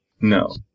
No